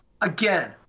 Again